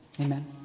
Amen